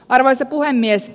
arvoisa puhemies